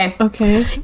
Okay